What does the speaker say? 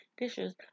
dishes